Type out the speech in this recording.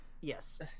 Yes